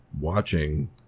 watching